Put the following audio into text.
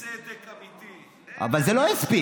אין להם באמת צדק אמיתי, אין להם.